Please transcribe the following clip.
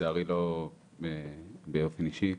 לצערי לא באופן אישי,